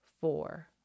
four